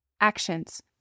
Actions